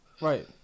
Right